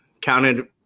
Counted